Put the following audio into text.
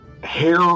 Hair